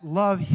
love